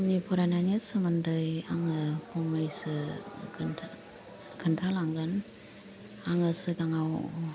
आंनि फरायनायनि सोमोन्दै आङो फंनैसो खोन्थालांगोन आङो सिगाङाव